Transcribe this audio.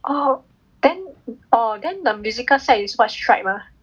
oh then oh then the musical side is what stripe ah